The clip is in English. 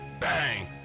Bang